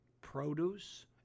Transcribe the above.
produce